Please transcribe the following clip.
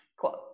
Cool